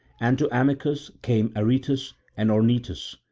and to amycus came aretus and ornytus,